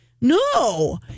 no